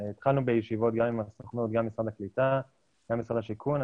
התחלנו בישיבות גם עם הסוכנות וגם עם משרד הקליטה ומשרד השיכון.